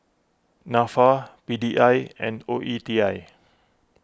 Nafa P D I and O E T I